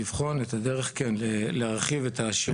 לבחון את הדרך כן, להרחיב את השירות.